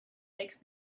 makes